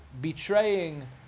betraying